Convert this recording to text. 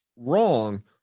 Wrong